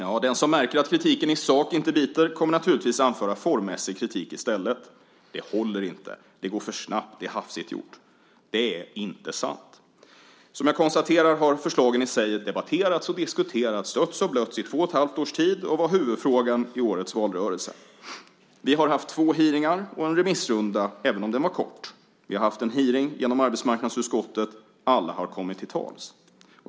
Ja, den som märker att kritiken i sak inte biter kommer naturligtvis att anföra formmässig kritik i stället: Det håller inte, det går för snabbt eller det är hafsigt gjort. Men det är inte sant. Som jag konstaterat har förslagen i sig debatterats, diskuterats, stötts och blötts i två och ett halvt års tid och var huvudfrågan i årets valrörelse. Vi har haft två hearingar och en remissrunda, även om den var kort. Vi har haft en hearing i arbetsmarknadsutskottet. Alla har kommit till tals.